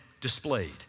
displayed